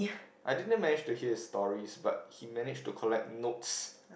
I didn't manage to hear his stories but he managed to collect notes